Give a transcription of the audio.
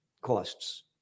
costs